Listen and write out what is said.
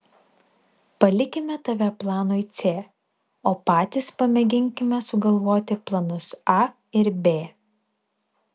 palikime tave planui c o patys pamėginkime sugalvoti planus a ir b